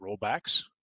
rollbacks